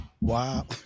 Wow